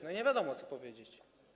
Nie wiadomo, co powiedzieć.